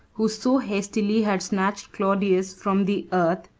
who so hastily had snatched claudius from the earth,